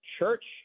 Church